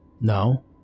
No